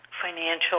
financial